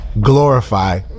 glorify